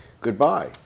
goodbye